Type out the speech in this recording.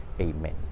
Amen